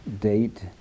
date